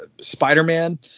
Spider-Man